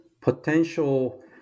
potential